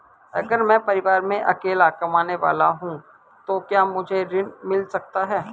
अगर मैं परिवार में अकेला कमाने वाला हूँ तो क्या मुझे ऋण मिल सकता है?